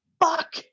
fuck